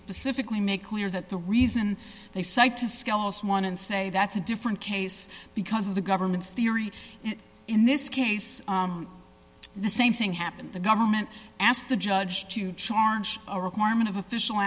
specifically make clear that the reason they cited skelos one and say that's a different case because of the government's theory in this case the same thing happened the government asked the judge to charge a requirement of official